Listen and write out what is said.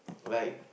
like